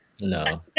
No